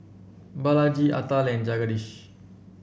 Balaji Atal Jagadish